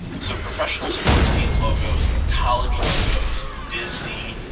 so professional sports teams logos, college logos, disney,